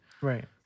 right